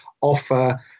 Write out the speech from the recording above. offer